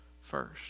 first